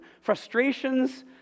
frustrations